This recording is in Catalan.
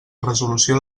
resolució